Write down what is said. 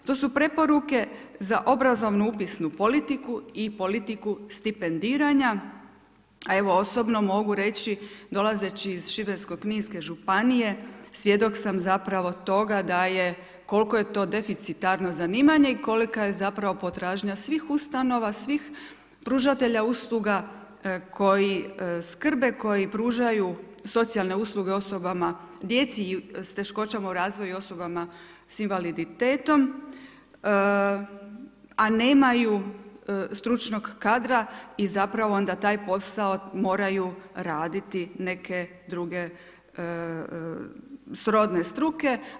To su preporuke za obrazovnu, upisnu politiku stipendiranja, a evo osobno mogu reći, dolazeći iz Šibensko-kninske županije svjedok sam zapravo toga da je koliko je to deficitarno zanimanje i kolika je zapravo potražnja svih ustanova, svih pružatelja usluga koji skrbe, koji pružaju socijalne usluge osobama, djeci s teškoćama u razvoju i osobama sa invaliditetom, a nemaju stručnog kadra i zapravo onda taj posao moraju raditi neke druge srodne struke.